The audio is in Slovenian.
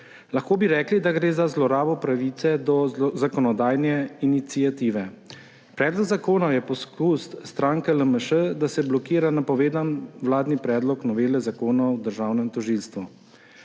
Lahko bi rekli, da gre za zlorabo pravice do zakonodajne iniciative. Predlog zakona je poskus stranke LMŠ, da se blokira napovedan vladni predlog novele Zakona o državnem tožilstvu.